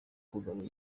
kugarura